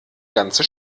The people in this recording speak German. ganze